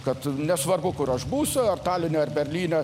kad nesvarbu kur aš būsiu ar taline ar berlyne